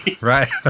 Right